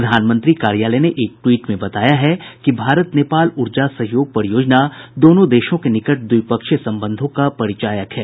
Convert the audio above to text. प्रधानमंत्री कार्यालय ने एक ट्वीट में बताया है कि भारत नेपाल ऊर्जा सहयोग परियोजना दोनों देशों के निकट द्विपक्षीय संबंधों का परिचायक है